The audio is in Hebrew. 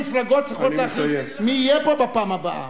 המפלגות צריכות להחליט מי יהיה פה בפעם הבאה.